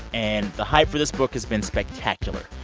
and the hype for this book has been spectacular.